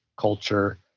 culture